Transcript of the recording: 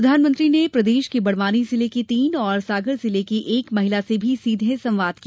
प्रधानमंत्री ने प्रदेश की बड़वानी जिले की तीन और सागर जिले की एक महिला से भी सीधे संवाद किया